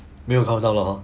没有 countdown 了 hor